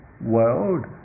world